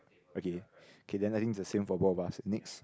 okay K then I think is the same for both of us next